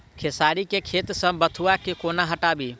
खेसारी केँ खेत सऽ बथुआ केँ कोना हटाबी